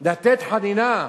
לתת חנינה,